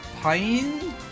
Pine